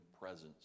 presence